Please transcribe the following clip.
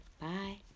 Bye